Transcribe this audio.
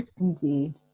Indeed